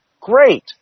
Great